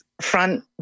front